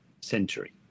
century